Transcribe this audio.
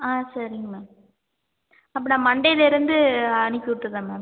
ஆ சரிங்க மேம் அப்போ நான் மண்டேயிலேருந்து அனுப்பிவிட்டுறன் மேம்